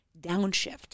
downshift